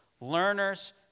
learners